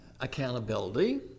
accountability